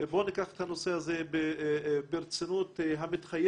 בואו ניקח את הנושא הזה ברצינות המתחייבת